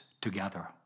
together